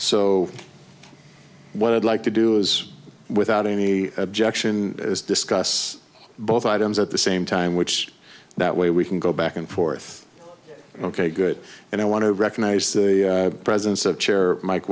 so what i'd like to do is without any objection as discuss both items at the same time which that way we can go back and forth ok good and i want to recognize the presence of chair mike